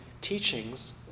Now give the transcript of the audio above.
teachings